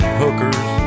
hookers